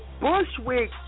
Bushwick